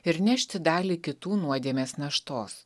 ir nešti dalį kitų nuodėmės naštos